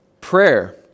prayer